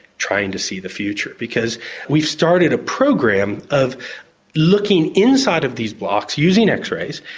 trying to see the future, because we've started a program of looking inside of these blocks, using x-rays,